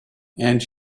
and